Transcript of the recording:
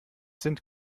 sind